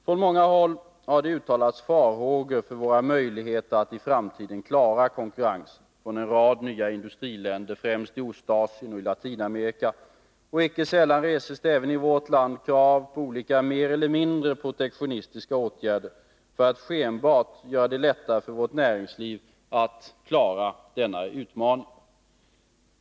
Från många håll har det uttalats farhågor för våra möjligheter att i framtiden klara konkurrensen från en rad nya industriländer, främst i Ostasien och i Latinamerika, och icke sällan reses det även i vårt land krav på olika mer eller mindre protektionistiska åtgärder för att — skenbart — göra det lättare för vårt näringsliv att klara denna utmaning.